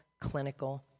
clinical